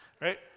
Right